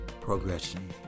progression